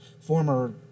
former